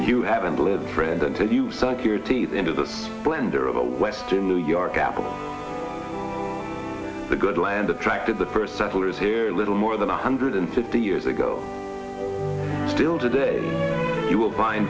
you haven't lived a friend until you suck your teeth into the splendor of a western new york apple the good land attracted the first settlers here a little more than a hundred and fifty years ago still today you will b